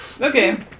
Okay